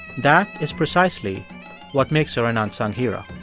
that is precisely what makes her an unsung hero